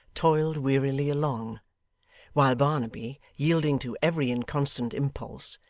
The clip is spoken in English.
toiled wearily along while barnaby, yielding to every inconstant impulse,